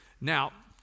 Now